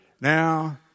Now